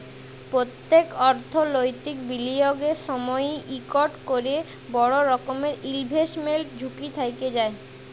প্যত্তেক অথ্থলৈতিক বিলিয়গের সময়ই ইকট ক্যরে বড় রকমের ইলভেস্টমেল্ট ঝুঁকি থ্যাইকে যায়